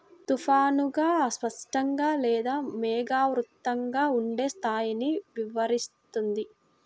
తుఫానుగా, స్పష్టంగా లేదా మేఘావృతంగా ఉండే స్థాయిని వివరిస్తుంది